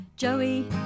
joey